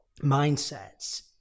mindsets